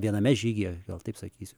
viename žygyje gal taip sakysiu